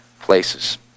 places